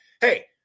Hey